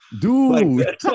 Dude